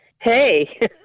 Hey